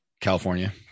california